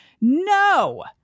no